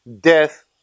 Death